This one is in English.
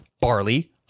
barley